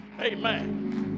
Amen